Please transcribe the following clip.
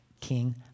king